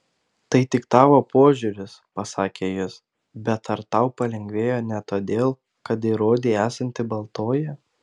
tai tik tavo požiūris pasakė jis bet ar tau palengvėjo ne todėl kad įrodei esanti baltoji